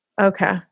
Okay